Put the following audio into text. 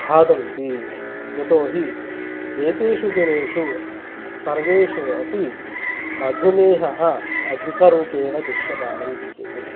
खादन्ति यतोहि एतेषु दिनेषु सर्वेषु अपि मधुमेहः अधिकरूपेण दृश्यमानं विद्यते